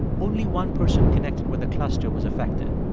only one person connected with the cluster was affected.